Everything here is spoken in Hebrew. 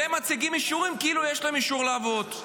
והם מציגים אישורים כאילו יש להם אישור לעבוד.